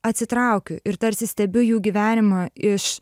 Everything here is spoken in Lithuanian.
atsitraukiu ir tarsi stebiu jų gyvenimą iš